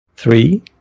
Three